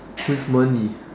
with money